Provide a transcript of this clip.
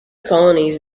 colonies